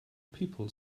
people